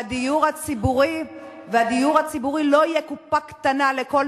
והדיור הציבורי לא יהיה קופה קטנה לכל